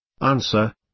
Answer